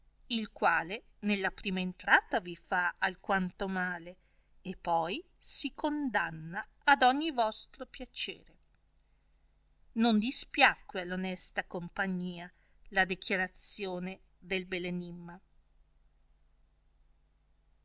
il quale nella prima entrata vi fa alquanto male e poi si condanna ad ogni vostro piacere non dispiacque all onesta compagnia la dechiarazione del bel enimma